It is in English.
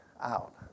out